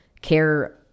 care